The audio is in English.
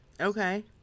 Okay